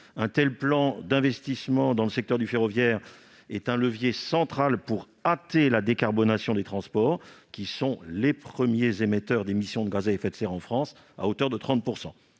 Un tel plan d'investissement dans le secteur du ferroviaire est un levier central pour hâter la décarbonation des transports, qui sont les premiers émetteurs de gaz à effet de serre en France, à hauteur de 30 %.